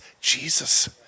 Jesus